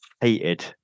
hated